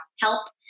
help